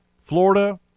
Florida